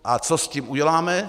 A co s tím uděláme?